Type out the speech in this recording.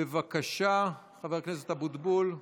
בבקשה, חבר הכנסת אבוטבול,